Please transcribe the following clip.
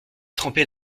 trempées